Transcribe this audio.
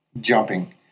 jumping